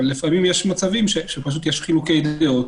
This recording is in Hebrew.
אבל לפעמים יש מצבים שפשוט יש חילוקי דעות